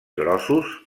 grossos